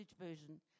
version